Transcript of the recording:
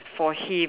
for him